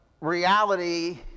reality